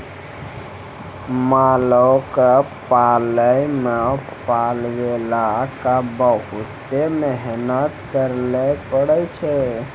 मालो क पालै मे पालैबाला क बहुते मेहनत करैले पड़ै छै